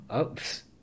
oops